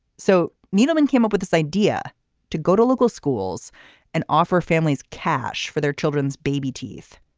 so needleman came up with this idea to go to local schools and offer families cash for their children's baby teeth.